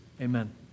Amen